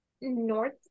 north